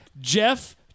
Jeff